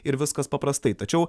ir viskas paprastai tačiau